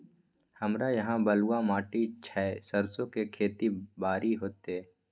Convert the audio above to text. हमरा यहाँ बलूआ माटी छै सरसो के खेती बारी होते?